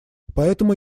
поэтому